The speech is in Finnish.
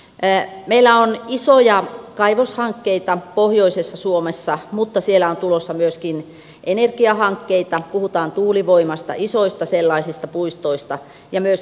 ei meillä on isoja kaivoshankkeita pohjoisessa suomessa mutta siellä on tulossa myöskin energiahankkeita puhutaan tuulivoimasta isoista sellaisista puistoista ja myös